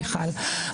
מיכל.